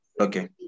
Okay